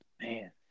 man